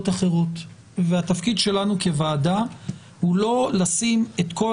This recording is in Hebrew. אחרות והתפקיד שלנו כוועדה הוא לא לשים את כל